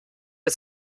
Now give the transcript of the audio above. ihr